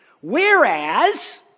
Whereas